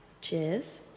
Cheers